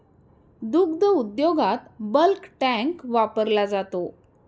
दुग्ध उद्योगात bulk tank वापरला जातो